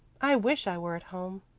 i wish i were at home.